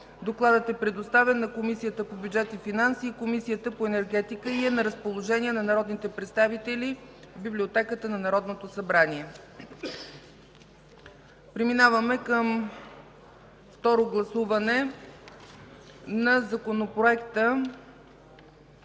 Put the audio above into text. докладът е предоставен на Комисията по бюджет и финанси и Комисията по енергетика и е на разположение на народните представители в Библиотеката на Народното събрание. Преминаваме към: ВТОРО ГЛАСУВАНЕ НА ЗАКОНОПРОЕКТА